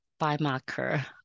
biomarker